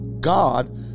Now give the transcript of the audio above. God